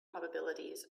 probabilities